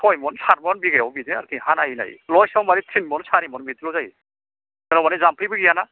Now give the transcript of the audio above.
सय मन सात मन बिघायाव बिदिनो हा नाइयै नाइयै ल'येसआव मानि सारि मन थिन मन बिदिल' जायो जोंनाव मानि जाम्फैबो गैयाना